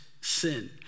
sin